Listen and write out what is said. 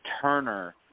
Turner –